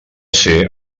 ser